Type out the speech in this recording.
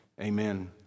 Amen